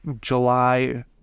July